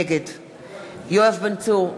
נגד יואב בן צור,